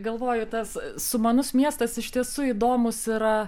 galvoju tas sumanus miestas iš tiesų įdomus yra